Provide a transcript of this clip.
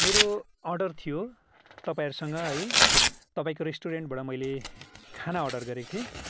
मेरो अर्डर थियो तपाईँहरूसँग है तपाईँको रेस्टुरेन्टबाट मैले खाना अर्डर गरेको थिएँ